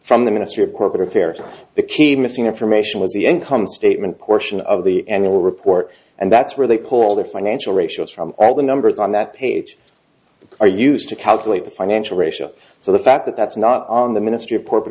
from the ministry of corporate affairs the key missing information is the income statement portion of the annual report and that's where they pull all the financial ratios from all the numbers on that page are used to calculate the financial ratio so the fact that that's not on the ministry of corporate